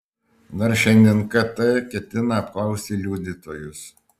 dar šiandien kt ketina apklausti liudytojus